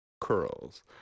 curls